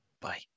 Bye